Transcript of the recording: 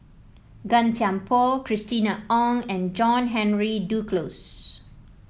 Gan Thiam Poh Christina Ong and John Henry Duclos